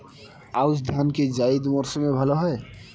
আউশ ধান কি জায়িদ মরসুমে ভালো হয়?